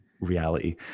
reality